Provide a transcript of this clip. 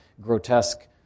grotesque